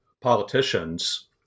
politicians